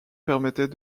permettait